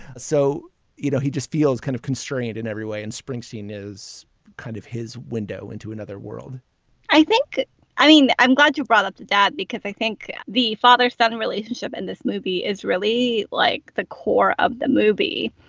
so you know he just feels kind of constrained in every way and springsteen is kind of his window into another world i think i mean i'm glad you brought up that because i think the father son relationship in this movie is really like the core of the movie.